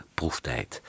proeftijd